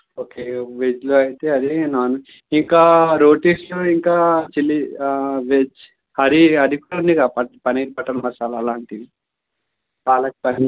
okay వెజ్లో అయితే అదే నాన్ వెజ్ ఇంకా రోటీస్ ఇంకా చిల్లీ వెజ్ హరి అది కూడా నీకాపస్ పన్నీరు బటర్ మసాలా అలాంటివి పాలక్ పన్నీరు